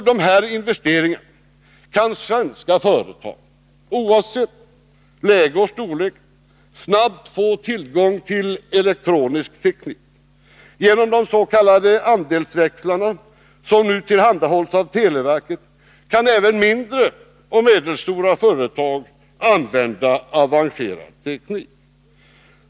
Genom dessa investeringar kan svenska företag, oavsett läge och storlek, snabbt få tillgång till elektronisk teknik. Genom de s.k. andelsväxlarna, som nu tillhandahålls av televerket, kan även mindre och medelstora företag använda avancerad teknik.